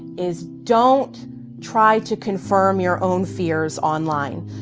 is don't try to confirm your own fears online.